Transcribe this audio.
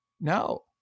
no